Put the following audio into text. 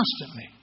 constantly